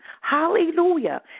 Hallelujah